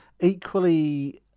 Equally